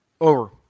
Over